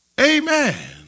Amen